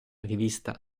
rivista